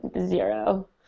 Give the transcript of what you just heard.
zero